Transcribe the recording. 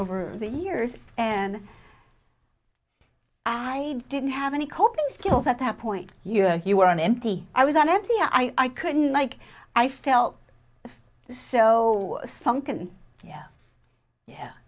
over the years and i didn't have any coping skills at that point your you were on empty i was on empty i couldn't like i felt so sunken yeah yeah